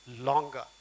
longer